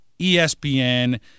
ESPN